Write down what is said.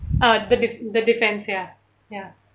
uh the de~ the defence ya ya